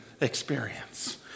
experience